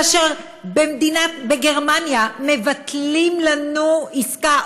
כאשר בגרמניה מבטלים לנו עסקה,